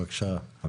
בבקשה.